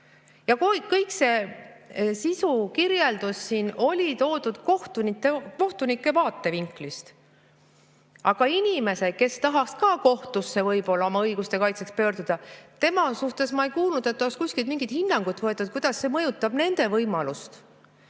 Ja kogu see sisukirjeldus siin oli toodud kohtunike vaatevinklist. Aga inimesed, kes tahaksid ka kohtusse võib-olla oma õiguste kaitseks pöörduda, nende suhtes ma ei kuulnud, et oleks kuskilt mingit hinnangut võetud, kuidas see mõjutab nende võimalust.